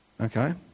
Okay